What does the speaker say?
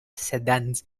sedans